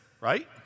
right